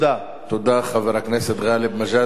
תודה, חבר הכנסת גאלב מג'אדלה.